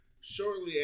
Shortly